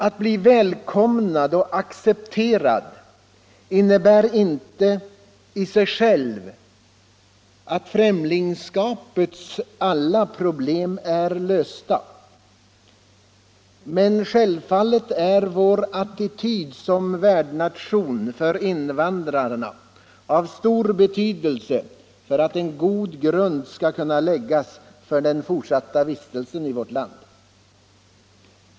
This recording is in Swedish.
Att bli välkomnad och accepterad innebär inte i sig själv att främlingskapets alla problem är lösta, men självfallet är vår attityd som värdnation för invandrarna av stor betydelse för att en god grund skall kunna läggas för den fortsatta vistelsen i vårt land.